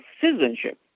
citizenship